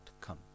come